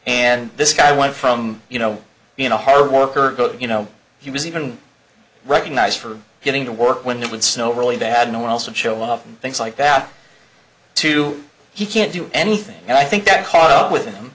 and this guy went from you know you know hard work or good you know he was even recognized for getting to work when it would snow really bad no one else would show up and things like that to he can't do anything and i think that caught up with him